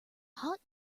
hot